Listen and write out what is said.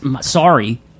Sorry